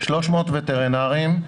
300 וטרינרים.